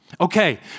Okay